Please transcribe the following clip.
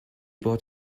bought